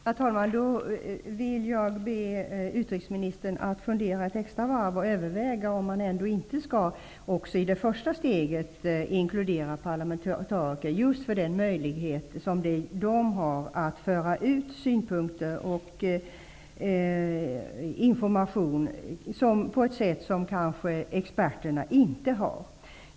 Herr talman! Då ber jag utrikesministern att fundera ett extra varv och överväga om man ändå inte skall också i det första steget inkludera parlamentariker just med tanke på deras möjligheter att föra ut synpunkter och information på ett sätt som experterna inte kan.